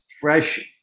fresh